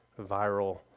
viral